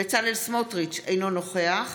בצלאל סמוטריץ' אינו נוכח